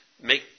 make